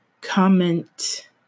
comment